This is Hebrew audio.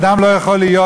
אדם לא יכול להיות,